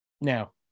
now